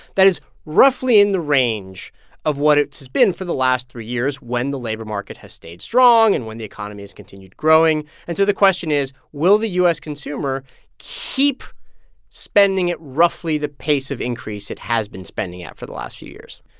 that is roughly in the range of what it has been for the last three years when the labor market has stayed strong and when the economy has continued growing. and so the question is, will the u s. consumer keep spending at roughly the pace of increase it has been spending at for the last few years?